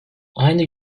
aynı